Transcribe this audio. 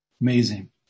Amazing